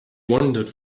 wandered